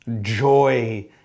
Joy